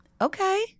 Okay